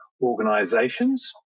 organisations